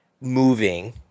moving